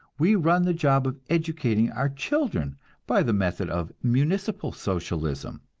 we run the job of educating our children by the method of municipal socialism.